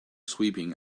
sweeping